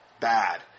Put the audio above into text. bad